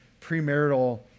premarital